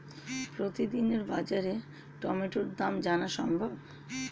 প্রতিদিনের বাজার টমেটোর দাম জানা সম্ভব?